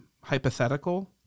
hypothetical